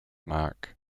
mark